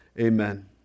Amen